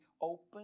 open